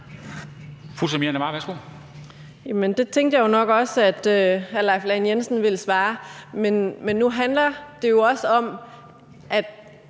det tænkte jeg nok at hr. Leif Lahn Jensen ville svare. Men nu handler det jo også om, at